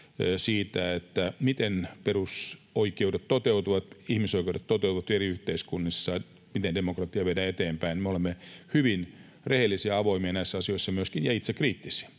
siitä, miten perusoikeudet toteutuvat, ihmisoikeudet toteutuvat eri yhteiskunnissa, miten demokratiaa viedään eteenpäin. Me olemme myöskin hyvin rehellisiä ja avoimia näissä asioissa ja itsekriittisiä.